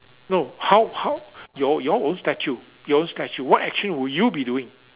no how how your your own statue your own statue what actually will you be doing